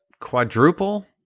quadruple